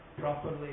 properly